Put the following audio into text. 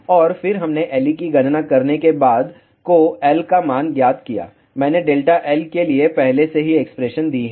और फिर हमने Le की गणना करने के बाद को L का मान ज्ञात किया मैंने∆L के लिए पहले से ही एक्सप्रेशन दी है